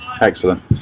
excellent